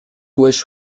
wish